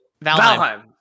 Valheim